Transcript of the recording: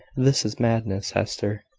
this is madness, hester.